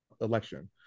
election